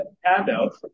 handout